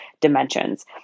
dimensions